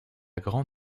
gran